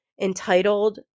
entitled